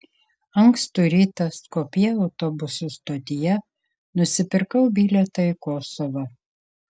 ankstų rytą skopjė autobusų stotyje nusipirkau bilietą į kosovą